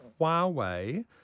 Huawei